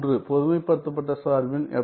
பொதுமைப்படுத்தப்பட்ட சார்பின் FT